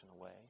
away